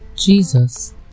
Jesus